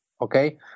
okay